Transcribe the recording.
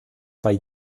bei